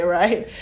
right